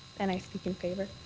and i speak in favour.